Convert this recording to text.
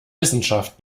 wissenschaft